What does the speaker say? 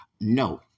No